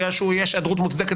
בגלל שיש היעדרות מוצדקת.